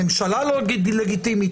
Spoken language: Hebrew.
הממשלה לא לגיטימית,